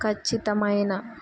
ఖచ్చితమైన